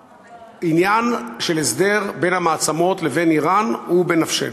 העניין של הסדר בין המעצמות לבין איראן הוא בנפשנו.